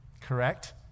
Correct